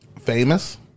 Famous